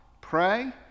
pray